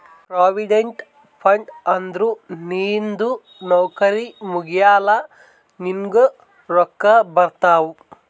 provident fund ಅಂದುರ್ ನಿಂದು ನೌಕರಿ ಮುಗ್ದಮ್ಯಾಲ ನಿನ್ನುಗ್ ರೊಕ್ಕಾ ಬರ್ತಾವ್